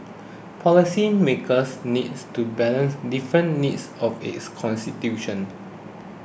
policymakers need to balance different needs of its constitution